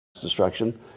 destruction